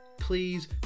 please